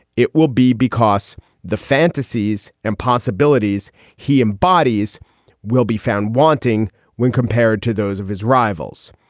it will be because the fantasies and possibilities he embodies will be found wanting when compared to those of his rivals.